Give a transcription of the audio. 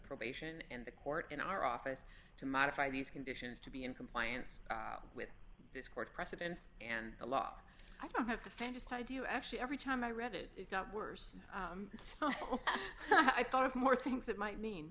probation and the court in our office to modify these conditions to be in compliance with this court precedents and the law i don't have the faintest idea actually every time i read it it's not worse i thought of more things that might mean